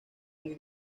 muy